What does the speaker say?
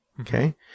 Okay